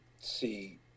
see